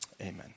amen